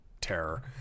terror